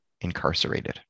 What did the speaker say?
incarcerated